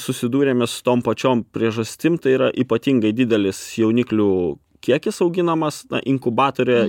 susidūrėme su tom pačiom priežastim tai yra ypatingai didelis jauniklių kiekis auginamas inkubatoriuje